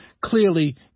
clearly